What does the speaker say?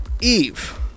eve